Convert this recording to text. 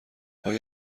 آیا